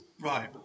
right